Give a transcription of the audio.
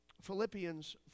Philippians